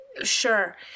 sure